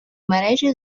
мережі